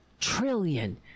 trillion